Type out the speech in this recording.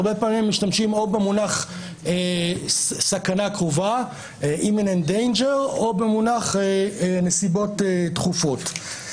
הרבה פעמים משתמשים או במונח סכנה קרובה או במונח נסיבות דחופות.